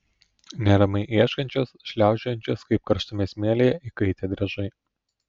neramiai ieškančias šliaužiojančias kaip karštame smėlyje įkaitę driežai